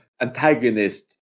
antagonist